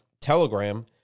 Telegram